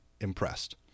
impressed